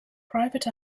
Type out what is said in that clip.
private